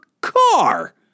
car